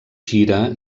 gira